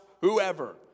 whoever